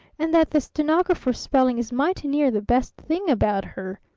and that the stenographer's spelling is mighty near the best thing about her.